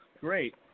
Great